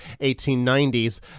1890s